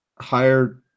higher